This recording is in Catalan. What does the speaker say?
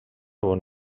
bon